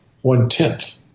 one-tenth